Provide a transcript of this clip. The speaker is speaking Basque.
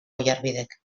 oiarbidek